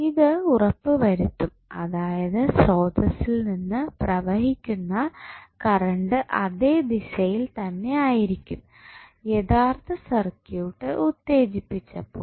ഇത് ഉറപ്പുവരുത്തും അതായത് സ്രോതസ്സിൽ നിന്ന് പ്രവഹിക്കുന്ന കറണ്ട് അതേ ദിശയിൽ തന്നെ ആയിരിക്കും യഥാർത്ഥ സർക്യൂട്ട് ഉത്തേജിപ്പിച്ചപ്പോൾ